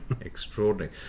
Extraordinary